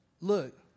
Look